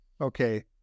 Okay